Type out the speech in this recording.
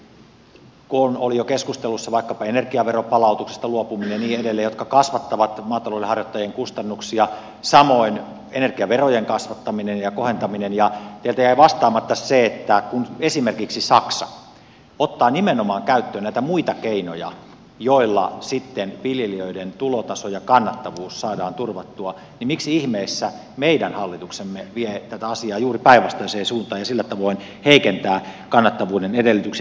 sen lisäksi kun oli jo keskustelussa vaikkapa energiaveron palautuksista luopuminen ja muista jotka kasvattavat maatalouden harjoittajien kustannuksia samoin energiaverojen kasvattaminen ja kohentaminen teiltä jäi vastaamatta siihen että kun esimerkiksi saksa ottaa käyttöön nimenomaan näitä muita keinoja joilla sitten viljelijöiden tulotaso ja kannattavuus saadaan turvattua niin miksi ihmeessä meidän hallituksemme vie tätä asiaa juuri päinvastaiseen suuntaan ja sillä tavoin heikentää kannattavuuden edellytyksiä